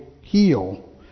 heal